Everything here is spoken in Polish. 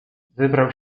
wybrał